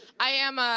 i am ah